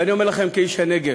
ואני אומר לכם, כאיש הנגב,